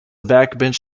backbench